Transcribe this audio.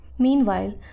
Meanwhile